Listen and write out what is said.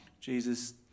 Jesus